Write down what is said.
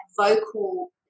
vocal